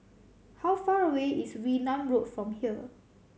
how far away is Wee Nam Road from here